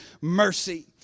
mercy